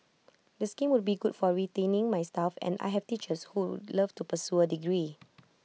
the scheme would be good for retaining my staff and I have teachers who love to pursue A degree